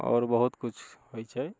आओर बहुत कुछ होइ छै